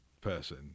person